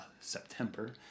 September